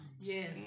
Yes